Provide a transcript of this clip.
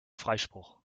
freispruch